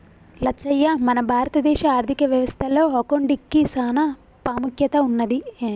లచ్చయ్య మన భారత దేశ ఆర్థిక వ్యవస్థ లో అకౌంటిగ్కి సాన పాముఖ్యత ఉన్నది